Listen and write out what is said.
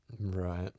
right